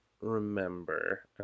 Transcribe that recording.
remember